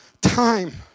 time